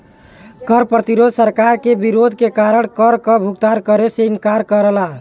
कर प्रतिरोध सरकार के विरोध के कारण कर क भुगतान करे से इंकार करला